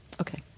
Okay